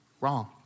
wrong